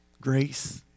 grace